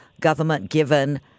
government-given